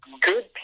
Good